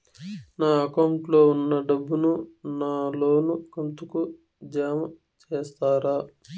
నా అకౌంట్ లో ఉన్న డబ్బును నా లోను కంతు కు జామ చేస్తారా?